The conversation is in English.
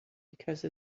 because